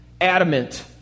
Adamant